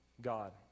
God